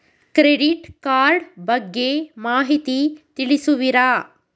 Credit card ಬಗ್ಗೆ ಮಾಹಿತಿ ತಿಳಿಸುವಿರಾ?